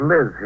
Liz